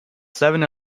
seven